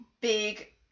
big